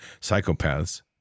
psychopaths